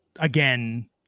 again